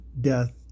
death